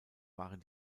waren